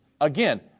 Again